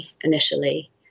initially